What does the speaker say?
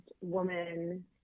woman